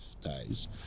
days